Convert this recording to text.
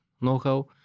know-how